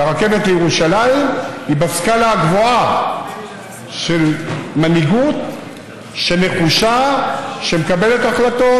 והרכבת לירושלים היא בסקאלה הגבוהה של מנהיגות נחושה שמקבלת החלטות.